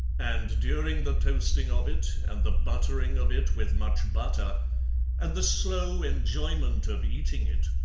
and during the toasting of it and the buttering of it with much butter and the slow enjoyment of eating it,